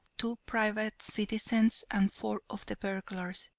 two private citizens and four of the burglars.